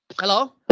Hello